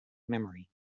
memory